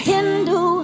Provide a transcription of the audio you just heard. Hindu